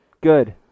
Good